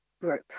group